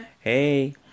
Hey